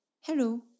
Hello